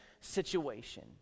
situation